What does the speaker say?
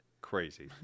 crazy